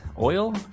oil